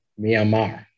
Myanmar